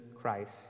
Christ